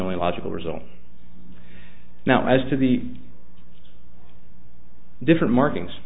only logical result now as to the different markings